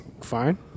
fine